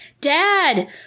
Dad